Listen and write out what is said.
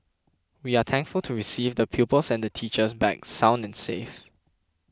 we are thankful to receive the pupils and the teachers back sound and safe